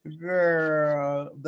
Girl